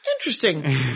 interesting